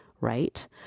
right